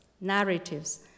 narratives